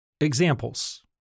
Examples